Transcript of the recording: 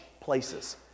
places